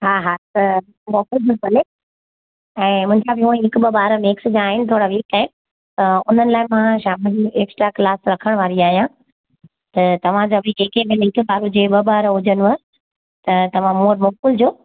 हा हा त मोकलियोसि भले ऐं उअईं हिक ॿ ॿार मिक्स में आहिनि थोरा वीक आहिनि त उन्हनि लाइ मां शाम जी एक्सट्रा क्लास रखण वारी आहियां त तव्हां जा बि जे के बि वीक ॿार हुजनि जीअं ॿ ॿार हुजनव त तव्हां मूं वटि मोकिलिजो